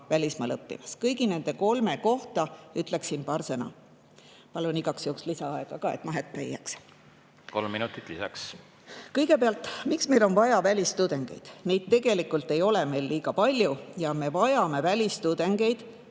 välismaal õppimas. Kõigi nende kolme kohta ütleksin paar sõna. Palun igaks juhuks lisaaega ka, et ma hätta ei jääks. Kolm minutit lisaks. Kõigepealt, miks meil on vaja välistudengeid? Neid tegelikult ei ole meil liiga palju. Me vajame välistudengeid